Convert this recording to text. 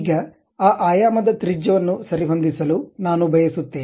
ಈಗ ಆ ಆಯಾಮದ ತ್ರಿಜ್ಯವನ್ನು ಸರಿಹೊಂದಿಸಲು ನಾನು ಬಯಸುತ್ತೇನೆ